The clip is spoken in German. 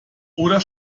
oder